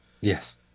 Yes